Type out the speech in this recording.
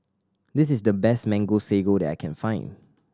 this is the best Mango Sago that I can find